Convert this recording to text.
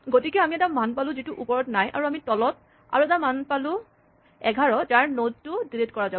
গতিকে আমি এটা মান পালো যিটো ওপৰত নাই আৰু আমি তলত আৰু এটা মান পালো ১১ যাৰ নড টো ডিলিট কৰা যাব